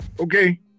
okay